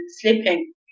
sleeping